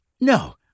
No